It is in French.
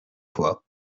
fois